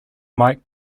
mike